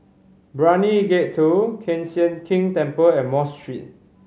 Brani Gate Two Kiew Sian King Temple and Mosque Street